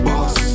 Boss